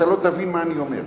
אתה לא תבין מה אני אומר.